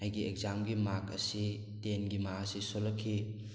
ꯑꯩꯒꯤ ꯑꯦꯛꯖꯥꯝꯒꯤ ꯃꯥꯛ ꯑꯁꯤ ꯇꯦꯟꯒꯤ ꯃꯥꯛ ꯑꯁꯤ ꯁꯣꯜꯂꯛꯈꯤ